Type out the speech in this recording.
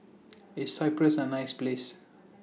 IS Cyprus A nice Place